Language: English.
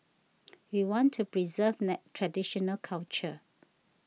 we want to preserve traditional culture